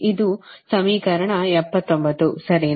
ಇದು ಸಮೀಕರಣ 79 ಸರಿನಾ